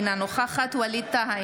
אינה נוכחת ווליד טאהא,